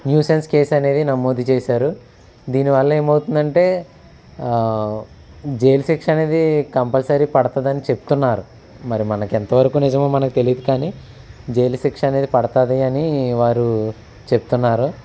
nuisance case అనేది నమోదు చేశారు దీనివల్ల ఏమవుతుందంటే జైలు శిక్ష అనేది కంపల్సరీ పడతుంది అని చెప్తున్నారు మరి మనకి ఎంతవరకు నిజమో మనకు తెలీదు కానీ జైలు శిక్ష అనేది పడతుంది అని వారు చెప్తున్నారు